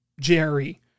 Jerry